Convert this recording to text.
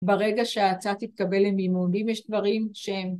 ברגע שההצעה תתקבל עם מימון. אם יש דברים שהם...